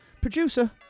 producer